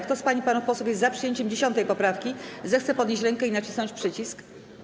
Kto z pań i panów posłów jest za przyjęciem 10. poprawki, zechce podnieść rękę i nacisnąć przycisk.